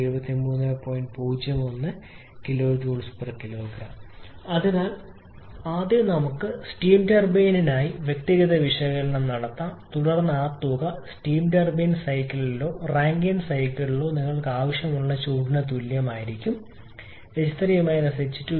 01 kJ kg അതിനാൽ ആദ്യം നമുക്ക് സ്റ്റീം ടർബൈനിനായി വ്യക്തിഗത വിശകലനം നടത്താം തുടർന്ന് ആകെ തുക സ്റ്റീം ടർബൈൻ സൈക്കിളിലോ റാങ്കൈൻ സൈക്കിളിലോ നിങ്ങൾക്ക് ആവശ്യമുള്ള ചൂട് തുല്യമായിരിക്കും ℎ3 ℎ2 1338